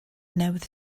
newydd